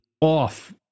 off